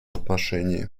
отношении